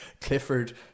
Clifford